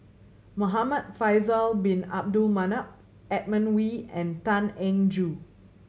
Muhamad Faisal Bin Abdul Manap Edmund Wee and Tan Eng Joo